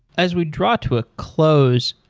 as we draw to a close,